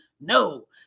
No